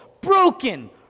Broken